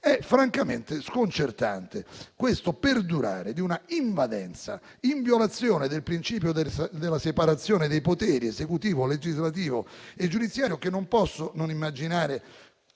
È francamente sconcertante questo perdurare di un'invadenza, in violazione del principio della separazione dei poteri - esecutivo, legislativo e giudiziario - che non posso immaginare